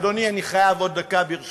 אדוני, אני חייב עוד דקה, ברשותך.